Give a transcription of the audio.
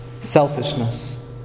Selfishness